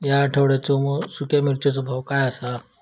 या आठवड्याचो सुख्या मिर्चीचो भाव काय आसा?